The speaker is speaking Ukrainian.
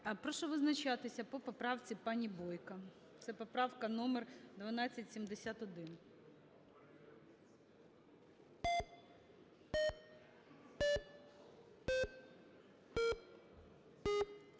Прошу визначатися по поправці пані Бойко. Це поправка номер 1271.